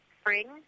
spring